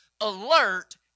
alert